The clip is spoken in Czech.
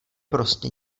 prostě